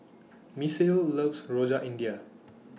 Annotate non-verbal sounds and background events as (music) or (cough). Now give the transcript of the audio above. (noise) Misael loves Rojak India